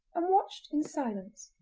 and watched in silence.